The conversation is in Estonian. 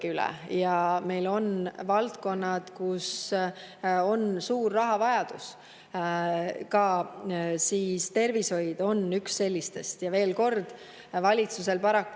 üle, ja meil on valdkonnad, kus on suur rahavajadus. Ka tervishoid on üks neist. Veel kord, valitsusel paraku